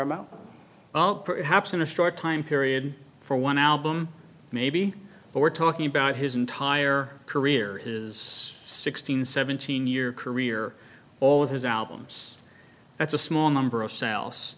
amount well perhaps in a short time period for one album maybe but we're talking about his entire career his sixteen seventeen year career all of his albums that's a small number of s